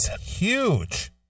huge